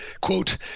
quote